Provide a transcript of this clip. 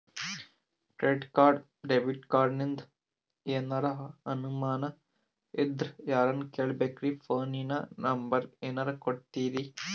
Credit card, debit ಕಾರ್ಡಿಂದ ಏನರ ಅನಮಾನ ಇದ್ರ ಯಾರನ್ ಕೇಳಬೇಕ್ರೀ, ಫೋನಿನ ನಂಬರ ಏನರ ಕೊಡ್ತೀರಿ?